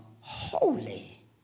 holy